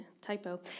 Typo